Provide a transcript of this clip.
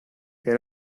que